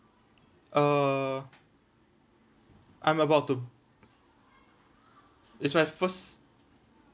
uh I'm about to it's my first